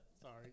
Sorry